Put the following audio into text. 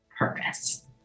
purpose